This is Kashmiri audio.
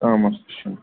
کانٛہہ مَسلہٕ چھُنہٕ